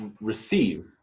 receive